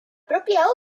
propia